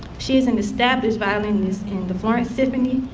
she is an established violinist in the florence symphony,